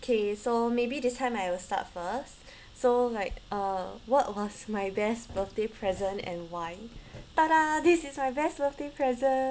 okay so maybe this time I'll start first so like uh what was my best birthday present and why this is my best birthday present